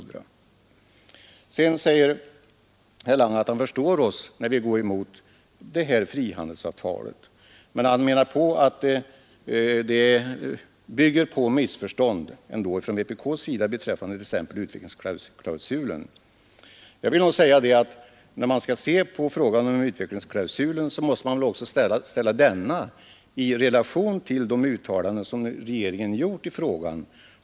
Herr Lange sade också att han förstår oss, när vi går emot frihandelsavtalet, men han anser att det bygger på missförstånd från vpk:s sida, t.ex. beträffande utvecklingsklausulen. När man skall bedöma utvecklingsklausulen, måsta man väl också ställa den i relation till de uttalanden som regeringen gjort i frågan.